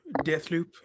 Deathloop